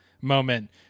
moment